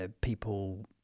people